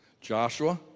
Joshua